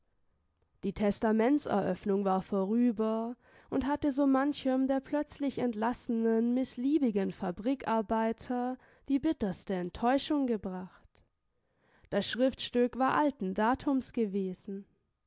die testamentseröffnung war vorüber und hatte so manchem der plötzlich entlassenen mißliebigen fabrikarbeiter die bitterste enttäuschung gebracht das schriftstück war alten datums gewesen